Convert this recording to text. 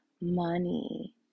money